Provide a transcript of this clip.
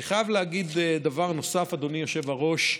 אני חייב להגיד דבר נוסף, אדוני היושב-ראש: